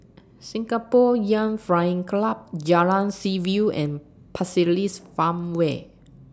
Singapore Youth Flying Club Jalan Seaview and Pasir Ris Farmway